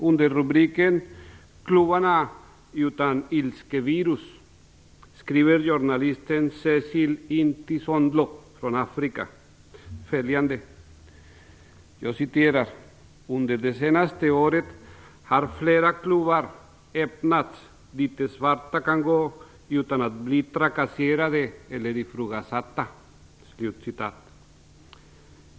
Under rubriken "Klubbarna utan ilskevirus" skriver journalisten Cecil Inti Sondlo från Afrika följande: "Under det senaste året har flera klubbar öppnats dit svarta kan gå utan att bli trakasserade eller ifrågasatta."